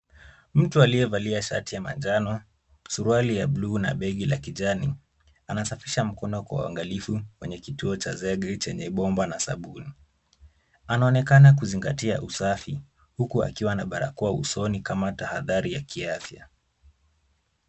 Mtu aliyevalia shati ya manjano, suruali ya bluu na begi la kijani, anasafisha begi kwa uangalifu kwenye kituo cha zege chenye bomba na sabuni. Anaonekana kuzingatia usafi, huku akiwa na barakoa usoni kama tahadhari ya kiafya.